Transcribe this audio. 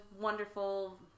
wonderful